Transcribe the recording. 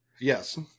Yes